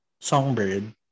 songbird